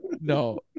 No